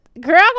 girl